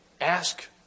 Ask